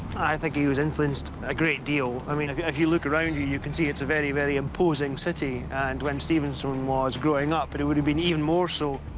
i think he was influenced a great deal. i mean, if you if you look around you, you can see it's a very, very imposing city. and when stevenson was growing up, but it would have been even more so.